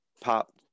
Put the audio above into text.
pop